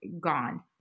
gone